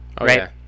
right